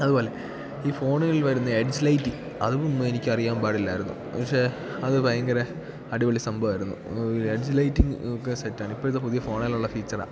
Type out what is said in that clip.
അതു പോലെ ഈ ഫോണുകളിൽ വരുന്ന എഡ്ജ് ലൈറ്റ് അതും എനിക്കറിയാൻ പാടില്ലായിരുന്നു പക്ഷെ അത് ഭയങ്കര അടിപൊളി സംഭവമായിരുന്നു എഡ്ജ് ലൈറ്റിംഗ് ഒക്കെ സെറ്റാണ് ഇപ്പോഴത്തെ പുതിയ ഫോണേലുള്ള ഫീച്ചറാണ്